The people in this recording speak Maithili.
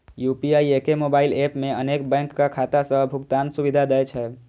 यू.पी.आई एके मोबाइल एप मे अनेक बैंकक खाता सं भुगतान सुविधा दै छै